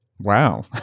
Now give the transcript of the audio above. wow